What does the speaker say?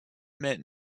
meant